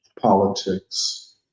politics